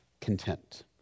content